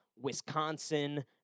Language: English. Wisconsin